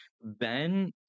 Ben